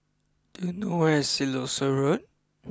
do you know where is Siloso Road